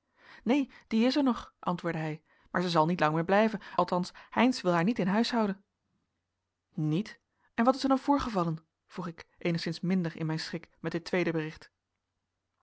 neen die is er nog antwoordde hij maar zij zal niet lang meer blijven althans heynsz wil haar niet in huis houden niet en wat is er dan voorgevallen vroeg ik eenigszins minder in mijn schik met dit tweede bericht